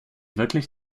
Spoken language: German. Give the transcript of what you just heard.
wirklich